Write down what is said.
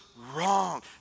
wrong